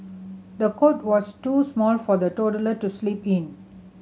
the cot was too small for the toddler to sleep in